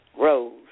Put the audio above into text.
Rose